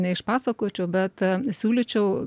neišpasakočiau bet siūlyčiau